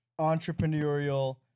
entrepreneurial